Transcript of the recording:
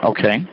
Okay